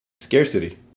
Scarcity